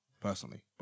personally